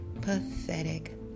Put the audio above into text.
Pathetic